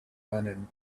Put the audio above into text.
lennon